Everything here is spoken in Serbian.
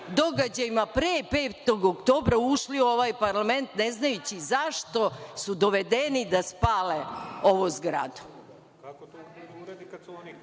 događajima pre 5. oktobra ušli u ovaj parlament, ne znajući zašto su dovedeni da spale ovu